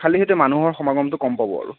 খালী সেইটোৱে মানুহৰ সমাগমটো কম পাব আৰু